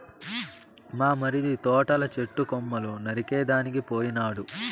మా మరిది తోటల చెట్టు కొమ్మలు నరికేదానికి పోయినాడు